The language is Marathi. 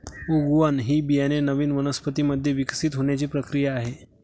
उगवण ही बियाणे नवीन वनस्पतीं मध्ये विकसित होण्याची प्रक्रिया आहे